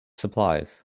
supplies